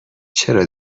چرا